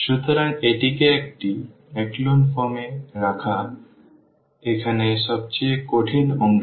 সুতরাং এটিকে একটি echelon form এ রাখা এখানে সবচেয়ে কঠিন অংশ